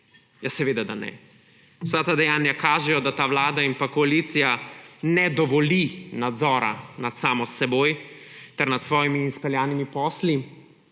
SDS. Seveda, da ne. Vsa ta dejanja kažejo, da ta vlada in koalicija ne dovolita nadzora nad samo seboj ter nad svojimi izpeljanimi posli,